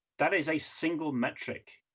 that is a single metric.